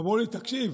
אמרו לי: תקשיב,